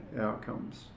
outcomes